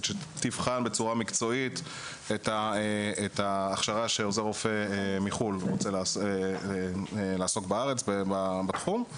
שתבחן מקצועית את ההכשרה שעוזר רופא מחו"ל רוצה לעשות בארץ בתחום,